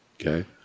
okay